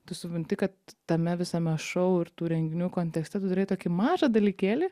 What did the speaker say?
tu supranti kad tame visame šou ir tų renginių kontekste tu turėjai tokį mažą dalykėlį